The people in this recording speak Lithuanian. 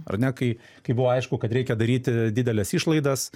ar ne kai kai buvo aišku kad reikia daryti dideles išlaidas